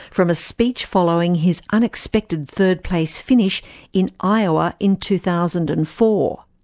from a speech following his unexpected third-place finish in iowa in two thousand and four.